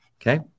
okay